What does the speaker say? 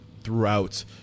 throughout